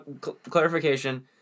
Clarification